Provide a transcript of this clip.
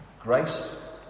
Grace